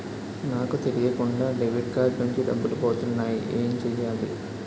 నాకు తెలియకుండా debit card నుంచి డబ్బులు పోతున్నాయి ఎం చెయ్యాలి?